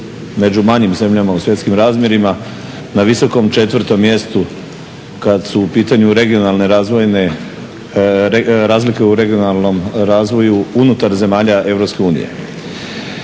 među manjim zemljama u svjetskim razmjerima, na visokom 4. mjestu kada su u pitanju regionalne razvoje, razlike u regionalnom razvoju unutar zemalja EU.